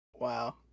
Wow